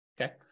Okay